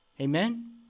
Amen